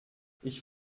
ich